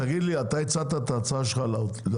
תגיד לי, אתה הצעת את ההצעה שלך למדינה?